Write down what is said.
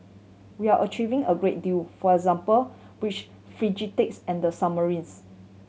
we're achieving a great deal for example which frigates and the submarines